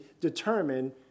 determine